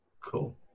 Cool